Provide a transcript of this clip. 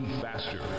faster